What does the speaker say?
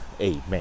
Amen